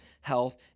health